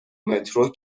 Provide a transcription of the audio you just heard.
مترو